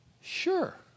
sure